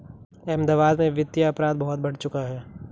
अहमदाबाद में वित्तीय अपराध बहुत बढ़ चुका है